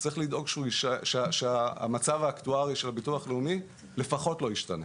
צריך לדאוג שהמצב האקטוארי של הביטוח הלאומי לפחות לא ישתנה.